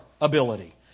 ability